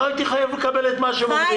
לא הייתי חייב לקבל את מה שהם אומרים.